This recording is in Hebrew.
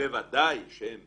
בוודאי שהם